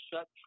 shut